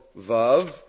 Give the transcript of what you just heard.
Vav